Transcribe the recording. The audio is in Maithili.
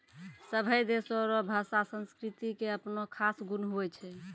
सभै देशो रो भाषा संस्कृति के अपनो खास गुण हुवै छै